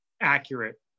accurate